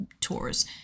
tours